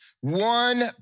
one